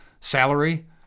salary